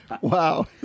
Wow